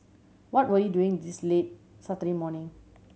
what were you doing this late Saturday morning